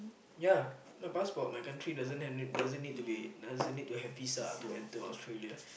ya my passport my country doesn't have doesn't need to be doesn't need to have visa to enter Australia